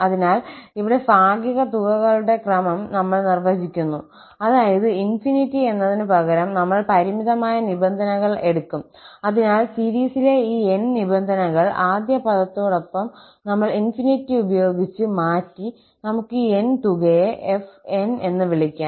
അതിനാൽ ഇവിടെ ഭാഗിക തുകകളുടെ ക്രമം ഞങ്ങൾ നിർവ്വചിക്കുന്നു അതായത് ∞ എന്നതിനുപകരം നമ്മൾ പരിമിതമായ നിബന്ധനകൾ എടുക്കും അതിനാൽ സീരിസിലെ ഈ 𝑛 നിബന്ധനകൾ ആദ്യ പദത്തോടൊപ്പം നമ്മൾ ∞ ഉപയോഗിച്ച് മാറ്റി നമുക്ക് ഈ n തുകയെ fn എന്ന് വിളിക്കാം